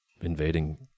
invading